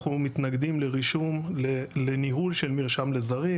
אנחנו מתנגדים לניהול של מרשם לזרים,